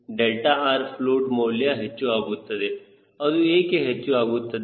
𝛿rfloat ಮೌಲ್ಯ ಹೆಚ್ಚು ಆಗುತ್ತದೆ ಅದು ಏಕೆ ಹೆಚ್ಚು ಆಗುತ್ತದೆ